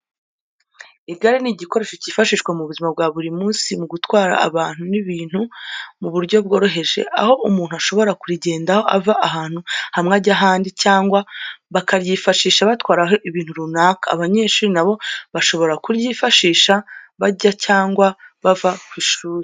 Igare ni igikoresho cyifashishwa mu buzima bwa buri munsi mu gutwara abantu n'ibintu mu buryo bworoheje, aho umuntu ashobora kurigendaho ava ahantu hamwe ajya ahandi cyangwa bakaryifashisha batwaraho ibintu runaka. Abanyeshuri na bo bashobora kuryifashisha bajya cyangwa bava ku ishuri.